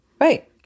Right